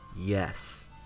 Yes